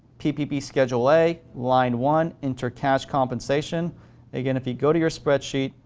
ppp schedule a line one enter cash compensation again, if you go to your spreadsheet,